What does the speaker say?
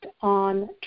on